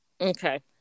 Okay